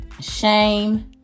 shame